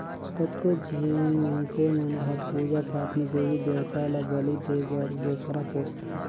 कतको झिन मइनसे मन हर पूजा पाठ में देवी देवता ल बली देय बर बोकरा पोसथे